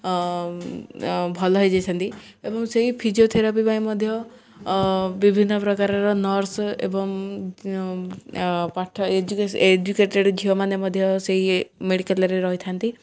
ଭଲ ହେଇଯାଇଥାନ୍ତି ଏବଂ ସେଇ ଫିଜିଓଥେରାପି ପାଇଁ ମଧ୍ୟ ବିଭିନ୍ନ ପ୍ରକାରର ନର୍ସ୍ ଏବଂ ପାଠ ଏଜୁକେଟେଡ଼୍ ଝିଅମାନେ ମଧ୍ୟ ସେହି ମେଡ଼ିକାଲ୍ରେ ରହିଥାନ୍ତି